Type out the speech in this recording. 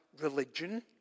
religion